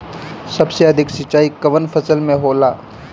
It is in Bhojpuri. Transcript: सबसे अधिक सिंचाई कवन फसल में होला?